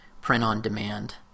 print-on-demand